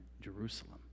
Jerusalem